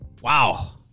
Wow